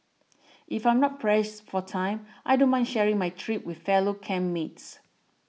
if I'm not pressed for time I don't mind sharing my trip with fellow camp mates